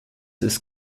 ist